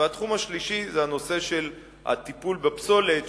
והתחום השלישי זה הנושא של הטיפול בפסולת,